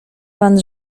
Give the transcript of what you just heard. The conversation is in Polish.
pan